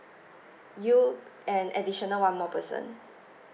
you and additional one more person